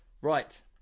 Right